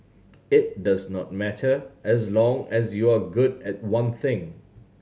it does not matter as long as you're good at one thing